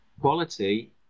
quality